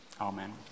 Amen